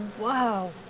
wow